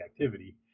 activity